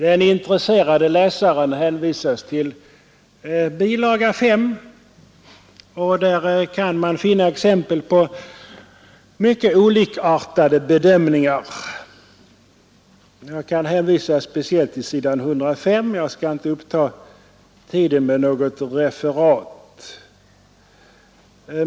Den intresserade läsaren hänvisas till bilaga 5. Där kan man finna exempel på mycket olikartade bedömningar. Jag kan hänvisa speciellt till s. 103 och inte uppta tiden med något referat.